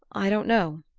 i don't know.